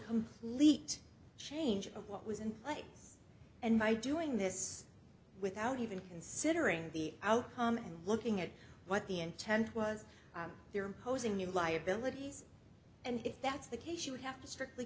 complete change of what was and like and by doing this without even considering the outcome and looking at what the intent was there imposing new liabilities and if that's the case she would have to strictly